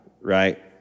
right